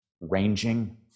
ranging